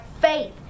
faith